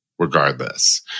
Regardless